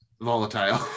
volatile